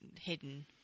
hidden